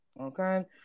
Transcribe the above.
Okay